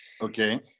Okay